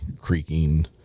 creaking